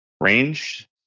range